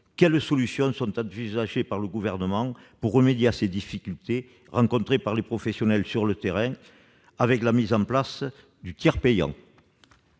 quelles solutions sont envisagées par le Gouvernement pour remédier à ces difficultés rencontrées, par les professionnels sur le terrain, dans la mise en place du tiers payant ?